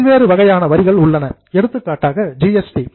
பல்வேறு வகையான வரிகள் உள்ளன எடுத்துக்காட்டாக ஜிஎஸ்டி